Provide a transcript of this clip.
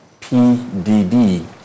PDD